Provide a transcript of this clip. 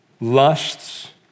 lusts